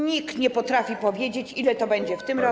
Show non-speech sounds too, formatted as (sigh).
Nikt nie potrafi powiedzieć, (noise) ile to będzie w tym roku.